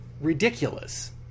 ridiculous